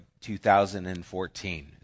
2014